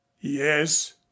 Yes